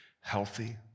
healthy